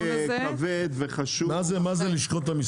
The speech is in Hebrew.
דיון